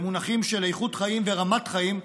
במונחים של איכות חיים ורמת חיים,